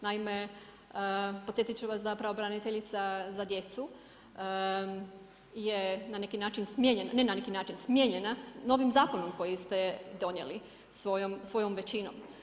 Naime, podsjetit ću vas da pravobraniteljica za djecu je na neki način smijenjena, ne na neki način smijenjena, novim zakonom koji ste donijeli svojom većinom.